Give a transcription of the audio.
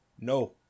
no